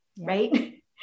right